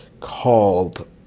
called